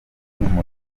murwanda